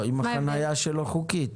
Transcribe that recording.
לא, אם החניה שלו חוקית,